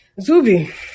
Zubi